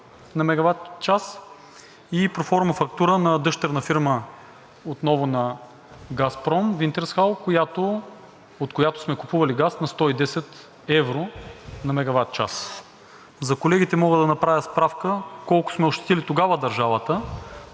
на мегаватчас и проформа на дъщерна фирма отново на „Газпром“ – „Винтерсхал“, от която сме купували газ на 110 евро на мегаватчас. За колегите мога да направя справка колко сме ощетили тогава държавата,